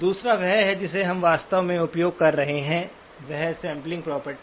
दूसरा वह है जिसे हम वास्तव में उपयोग कर रहे हैं वह सैंपलिंग प्रॉपर्टी है